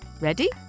Ready